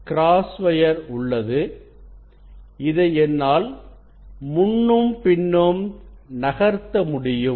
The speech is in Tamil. கிராஸ் வயர் உள்ளது இதை என்னால் முன்னும் பின்னும் நகர்த்த முடியும்